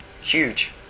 Huge